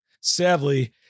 sadly